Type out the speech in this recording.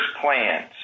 plans